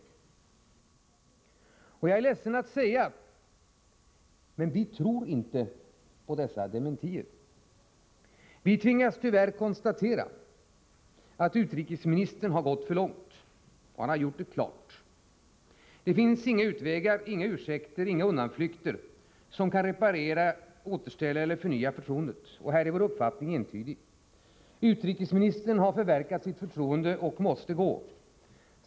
Jag är ledsen att behöva säga: Vi tror inte på dessa dementier. Vi tvingas tyvärr konstatera att utrikesministern har gått för långt, och han har gjort det klart. Det finns inga utvägar, inga ursäkter, inga undanflykter som kan reparera, återställa eller förnya förtroendet. Och här är vår uppfattning entydig. Utrikesministern har förverkat sitt förtroende och måste gå.